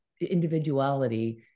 individuality